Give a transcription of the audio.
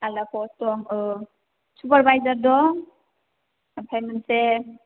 आलादा पस्त दं औ सुपारभाइजार दं ओमफ्राय मोनसे